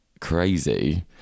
crazy